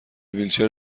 ویلچر